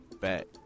back